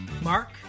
Mark